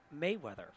Mayweather